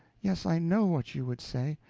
yes, i know what you would say.